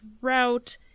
route